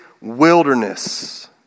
wilderness